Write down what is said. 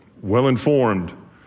well-informed